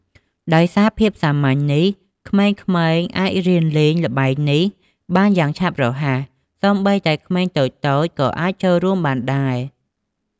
ដោយសារភាពសាមញ្ញនេះ ក្មេងៗអាចរៀនលេងល្បែងនេះបានយ៉ាងឆាប់រហ័ស សូម្បីតែក្មេងតូចៗក៏អាចចូលរួមបានដែរ។